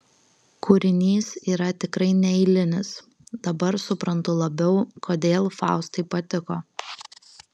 kūrinys yra tikrai neeilinis dabar suprantu labiau kodėl faustai patiko